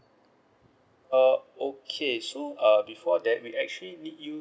uh okay so uh before that we actually need you